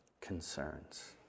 concerns